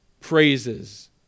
praises